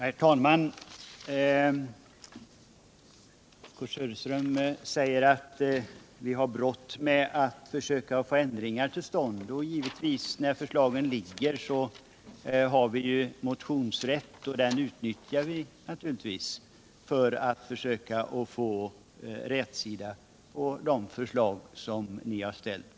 Herr talman! Kurt Söderström säger att vi har brått med att försöka få ändringar till stånd. Ja, vi har ju motionsrätt och den utnyttjar vi naturligtvis för att försöka få rätsida på de förslag som ni har lagt fram.